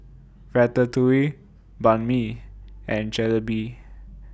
Ratatouille Banh MI and Jalebi